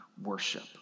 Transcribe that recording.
worship